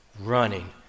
running